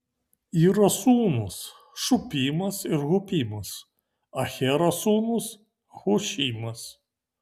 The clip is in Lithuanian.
iro sūnūs šupimas ir hupimas ahero sūnus hušimas